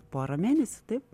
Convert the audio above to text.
pora mėnesių taip